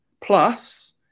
Plus